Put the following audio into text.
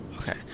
Okay